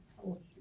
school